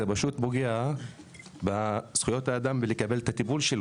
זה פוגע בזכויות האדם לקבלת הטיפול שלו.